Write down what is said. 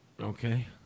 Okay